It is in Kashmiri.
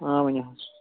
آ ؤنِو حظ